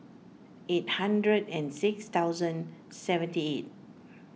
eight hundred and six thousand seventy eight